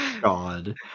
God